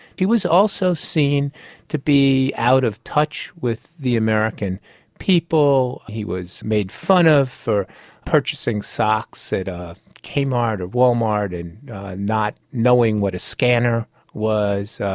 he was also seen to be out of touch with the american people. he was made fun of for purchasing socks at a k-mart or wal-mart and not knowing what a scanner was,